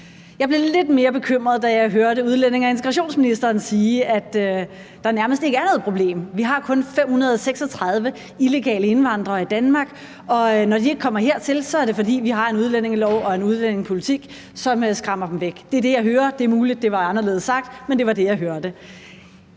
Jeg blev lidt mere bekymret, da jeg hørte udlændinge- og integrationsministeren sige, at der nærmest ikke er noget problem. Man siger: Vi har kun 536 illegale indvandrere i Danmark, og når de ikke kommer hertil, er det, fordi vi har en udlændingelov og en udlændingepolitik, som skræmmer dem væk. Det er det, jeg hører. Det er muligt, det var anderledes sagt, men det var det, jeg hørte.